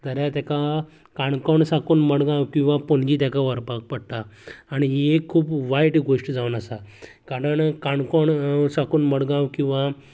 जाल्यार तेकां काणकोण साकून मडगांव किंवां पणजी तेकां व्हरपाक पडटा आनी ही एक खूब वायट गोश्ट जावन आसा कारण काणकोण साकून मडगांव किंवां